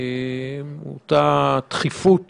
שתוצג אותה דחיפות